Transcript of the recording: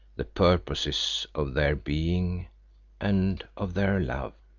the purposes of their being and of their love.